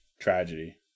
tragedy